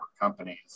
companies